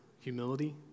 humility